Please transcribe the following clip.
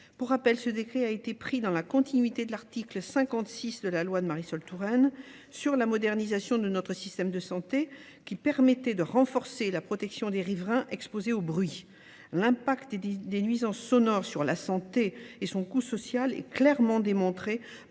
Pour rappel, ce décret a été pris dans la continuité de l'article 56 de la loi de Marisol Touraine sur la modernisation de notre système de santé qui permettait de renforcer la protection des riverains exposés au bruit. L'impact des nuisances sonores sur la santé et son coût social est clairement démontré